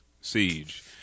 Siege